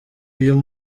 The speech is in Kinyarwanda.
uyu